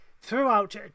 Throughout